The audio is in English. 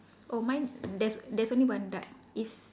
oh mine there's there's only one duck it's